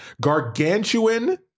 Gargantuan